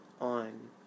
on